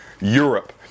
Europe